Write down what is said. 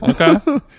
Okay